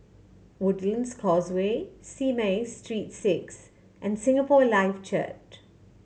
Woodlands Causeway Simei Street Six and Singapore Life Church